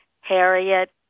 Harriet